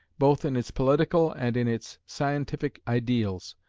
both in its political and in its scientific ideals,